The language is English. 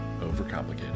Overcomplicated